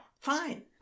Fine